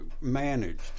managed